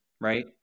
right